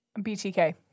BTK